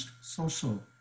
social